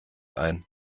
ein